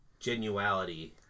genuality